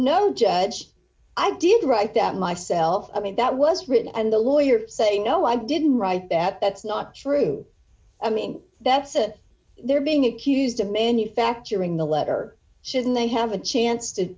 no judge i didn't ringback write that myself i mean that was written and the lawyer said you know i didn't write that that's not true i mean that's it they're being accused of manufacturing the letter shouldn't they have a chance to